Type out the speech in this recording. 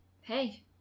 Hey